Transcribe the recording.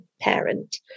parent